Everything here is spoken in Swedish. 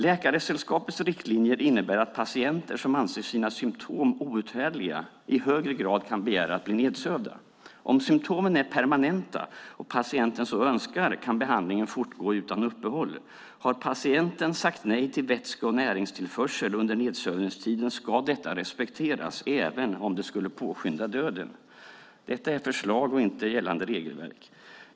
Läkaresällskapets riktlinjer innebär att patienter som anser sina symtom outhärdliga i högre grad kan begära att bli nedsövda. Om symtomen är permanenta och patienten så önskar kan behandlingen fortgå utan uppehåll. Har patienten sagt nej till vätske och näringstillförsel under nedsövningstiden ska detta respekteras, även om det skulle påskynda döden. Detta är förslag och inte gällande regelverk.